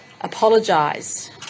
apologise